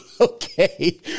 Okay